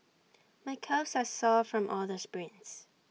my calves are sore from all the sprints